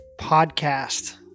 podcast